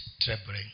trembling